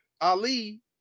Ali